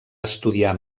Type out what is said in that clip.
estudiar